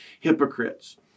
hypocrites